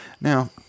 Now